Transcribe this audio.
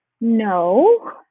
no